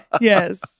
Yes